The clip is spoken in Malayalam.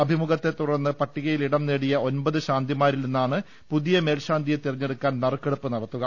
അഭിമുഖ ത്തെ തുടർന്ന് പട്ടികയിൽ ഇടം നേടിയ ഒമ്പത് ശാന്തിമാരിൽ നിന്നാണ് പുതി യ മേൽശാന്തിയെ തെരഞ്ഞെടുക്കാൻ നറുക്കെടുപ്പ് നത്തുക